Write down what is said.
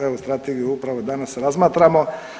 Evo strategiju upravo danas razmatramo.